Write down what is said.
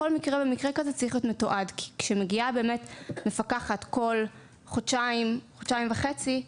כשמגיעה מפקחת כל חודשיים וחצי,